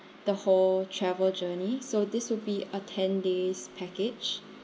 the whole travel journey so this will be a ten days package